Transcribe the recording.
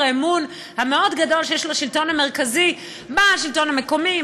האמון המאוד-גדול שיש לשלטון המרכזי בשלטון המקומי,